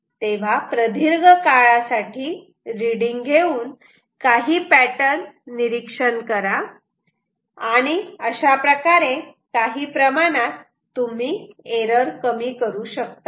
तेव्हा प्रदीर्घ काळासाठी रीडिंग घेऊन काही पॅटर्न निरीक्षण करा आणि अशा प्रकारे काही प्रमाणात तुम्ही एरर कमी करू शकतात